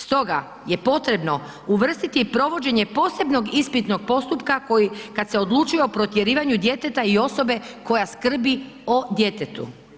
Stoga je potrebno uvrstiti provođenje posebnog ispitnog postupka, koji, kad se odlučuje o protjerivanju djeteta i osobe koja skrbi o djetetu.